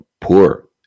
poor